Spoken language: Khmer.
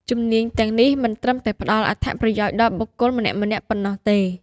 ជំនាញទាំងនេះមិនត្រឹមតែផ្តល់អត្ថប្រយោជន៍ដល់បុគ្គលម្នាក់ៗប៉ុណ្ណោះទេ។